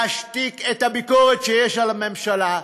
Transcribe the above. להשתיק את הביקורת שיש על הממשלה,